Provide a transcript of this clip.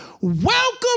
welcome